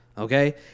okay